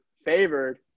favored